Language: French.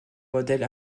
modèles